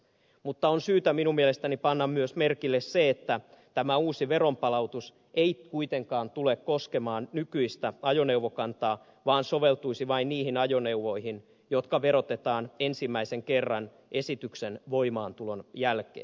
mutta on syytä minun mielestäni panna myös merkille se että tämä uusi veronpalautus ei kuitenkaan tule koskemaan nykyistä ajoneuvokantaa vaan soveltuisi vain niihin ajoneuvoihin jotka verotetaan ensimmäisen kerran esityksen voimaantulon jälkeen